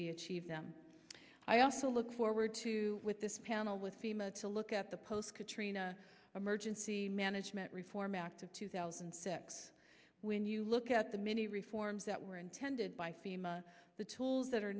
we achieve them i also look forward to with this panel with fema to look at the post katrina emergency management reform act of two thousand and six when you look at the many reforms that were intended by fema the tools that are